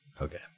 Okay